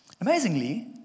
Amazingly